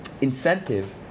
incentive